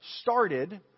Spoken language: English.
started